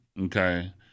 Okay